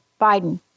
Biden